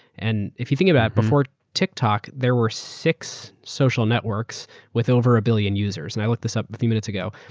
and if you think about it, before tiktok there were six social networks with over a billion users. and i looked this up a few minutes ago,